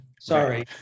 sorry